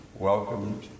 Welcome